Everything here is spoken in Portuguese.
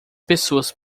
pessoas